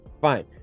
fine